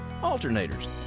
alternators